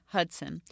Hudson